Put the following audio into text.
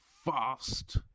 fast